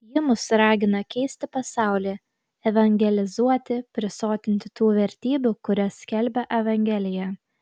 ji mus ragina keisti pasaulį evangelizuoti prisotinti tų vertybių kurias skelbia evangelija